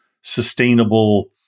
sustainable